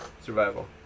survival